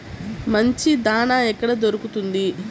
మంచి దాణా ఎక్కడ దొరుకుతుంది?